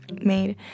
made